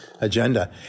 agenda